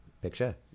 picture